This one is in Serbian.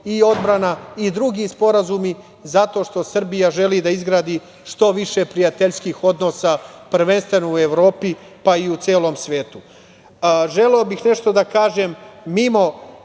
i odbrana i drugi sporazumi, zato što Srbija želi da izgradi što više prijateljskih odnosa, prvenstveno u Evropi, pa i u celom svetu. Želeo bih nešto da kažem mimo